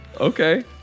Okay